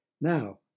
Now